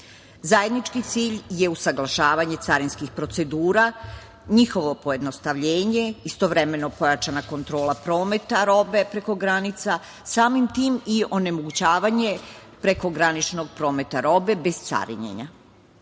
Zajednički cilj je usaglašavanje carinskih procedura, njihovo pojednostavljenje, istovremeno pojačana kontrola prometa robe preko granica i samim tim onemogućavanje prekograničnog prometa robe bez carinjenja. Cilj